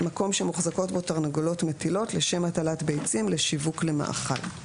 מקום שמוחזקות בו תרנגולות מטילות לשם הטלת ביצים לשיווק למאכל.